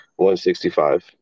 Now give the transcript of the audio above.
165